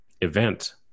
event